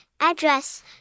Address